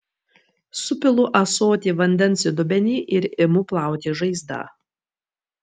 supilu ąsotį vandens į dubenį ir imu plauti žaizdą